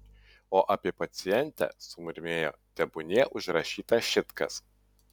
o apie pacientę sumurmėjo tebūnie užrašyta šit kas